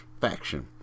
faction